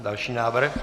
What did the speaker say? Další návrh.